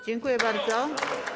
Dziękuję bardzo.